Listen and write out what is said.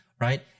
right